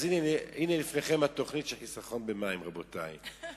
אז הנה לפניכם התוכנית של חיסכון במים, רבותי.